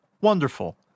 wonderful